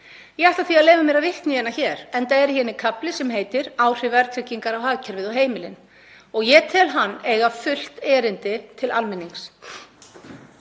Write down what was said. Ég ætla því að leyfa mér að vitna í hana hér enda er í henni kafli sem heitir: Áhrif verðtryggingar á hagkerfið og heimilin. Ég tel hann eiga fullt erindi til almennings.